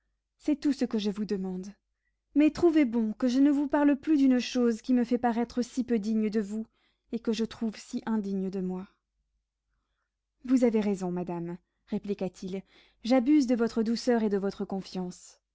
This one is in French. c'est tout ce que je vous demande mais trouvez bon que je ne vous parle plus d'une chose qui me fait paraître si peu digne de vous et que je trouve si indigne de moi vous avez raison madame répliqua-t-il j'abuse de votre douceur et de votre confiance